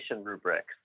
rubrics